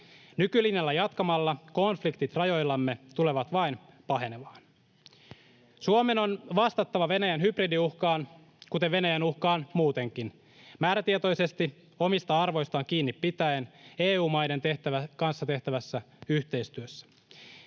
Nykylinjalla jatkamalla konfliktit rajoillamme tulevat vain pahenemaan. Suomen on vastattava Venäjän hybridiuhkaan, kuten Venäjän uhkaan muutenkin, määrätietoisesti, omista arvoistaan kiinni pitäen EU-maiden kanssa tehtävässä yhteistyössä.